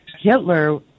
Hitler